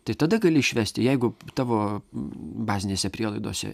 tai tada gali išvesti jeigu tavo bazinėse prielaidose